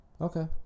Okay